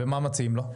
ומה מציעים לו?